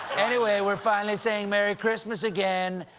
anyway, we're finally saying merry christmas again.